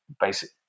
basic